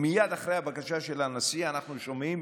ומייד אחרי הבקשה של הנשיא אנחנו שומעים